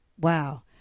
Wow